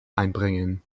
einbringen